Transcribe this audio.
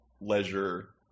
leisure